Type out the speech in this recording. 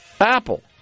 Apple